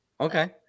Okay